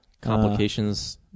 Complications